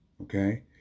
Okay